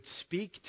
speak